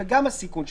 וגם את הסיכון שלו.